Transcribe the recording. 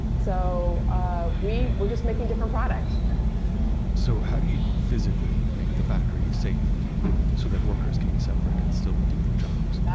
so ah we're just making different products so how do you physically make the factory safe so that workers can be separate and still do their jobs?